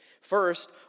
First